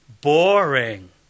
Boring